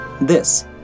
This